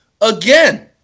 again